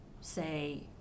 say